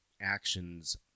actions